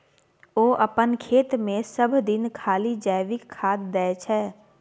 ओ अपन खेतमे सभदिन खाली जैविके खाद दै छै